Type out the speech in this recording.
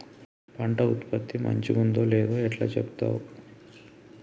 పంట ఉత్పత్తి మంచిగుందో లేదో ఎట్లా చెప్తవ్?